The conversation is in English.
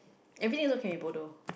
everything also can be bodoh